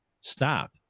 Stop